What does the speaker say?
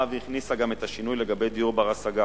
באה והכניסה גם את השינוי לגבי דיור בר-השגה.